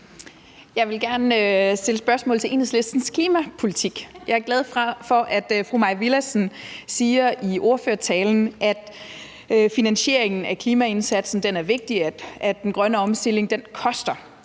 Jeg vil gerne stille spørgsmål til Enhedslistens klimapolitik. Jeg er glad for, at fru Mai Villadsen i ordførertalen siger, at finansieringen af klimaindsatsen er vigtig, at den grønne omstilling koster.